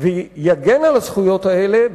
ויגן על הזכויות האלה,